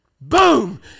boom